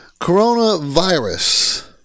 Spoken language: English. coronavirus